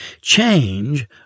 Change